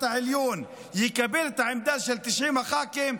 העליון יקבל את העמדה של 90 הח"כים,